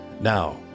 Now